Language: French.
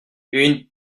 une